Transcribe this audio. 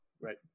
Right